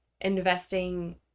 investing